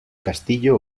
castillo